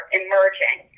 emerging